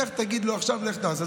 לך תגיד לו עכשיו: לך תעשה.